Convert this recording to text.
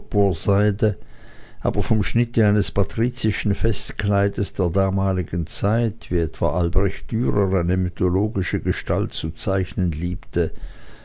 aber vom schnitte eines patrizischen festkleides der damaligen zeit wie etwa altrecht dürer eine mythologische gestalt zu zeichnen liebte